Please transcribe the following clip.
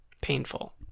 painful